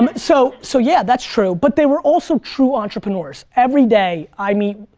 but so so, yeah, that's true, but they were also true entrepreneurs every day, i meet,